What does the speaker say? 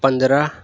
پندرہ